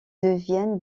deviennent